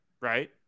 right